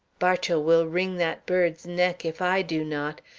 bartow will wring that bird's neck if i do not.